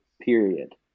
period